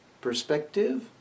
perspective